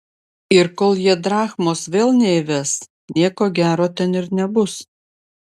ir kol jie drachmos vėl neįves nieko gero ten ir nebus